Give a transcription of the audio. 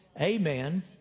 Amen